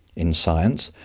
in science,